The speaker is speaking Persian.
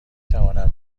توانم